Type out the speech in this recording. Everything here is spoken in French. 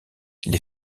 les